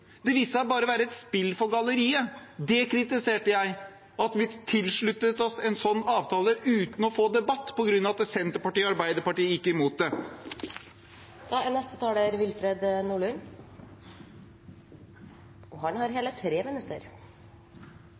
Det viste seg å være et spill for galleriet. Det kritiserte jeg – at vi tilsluttet oss en slik avtale uten å få en debatt, på grunn av at Senterpartiet og Arbeiderpartiet gikk imot